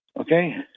Okay